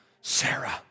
Sarah